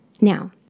Now